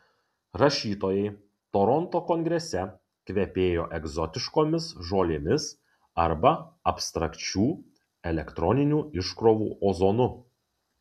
rašytojai toronto kongrese kvepėjo egzotiškomis žolėmis arba abstrakčių elektroninių iškrovų ozonu